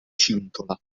cintola